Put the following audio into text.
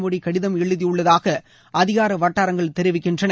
மோடி கடிதம் எழுதியுள்ளதாக அதிகார வட்டாரங்கள் தெரிவிக்கின்றன